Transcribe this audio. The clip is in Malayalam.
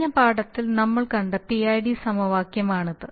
കഴിഞ്ഞ പാഠത്തിൽ നമ്മൾ കണ്ട പിഐഡി സമവാക്യമാണിത്